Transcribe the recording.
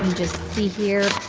just see here.